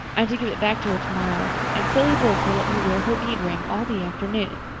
i'm to give it back to her tomorrow. and tillie boulter let me wear her bead ring all the afternoon.